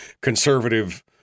conservative